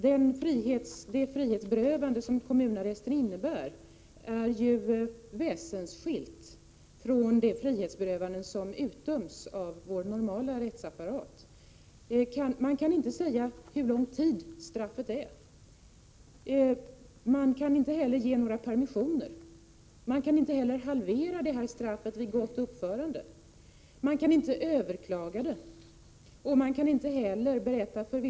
Det frihetsberövande som kommunarresten innebär är ju väsensskilt från det frihetsberövande som utdöms av vår normala rättsapparat. Man kan inte säga hur långt straffet är. Man kan inte ge några permissioner. Man kan inte halvera detta straff vid gott uppförande. Man kan inte överklaga det. Man kan inte heller berätta för Prot.